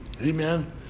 Amen